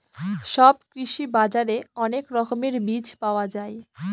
সব কৃষি বাজারে অনেক রকমের বীজ পাওয়া যায়